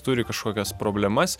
turi kažkokias problemas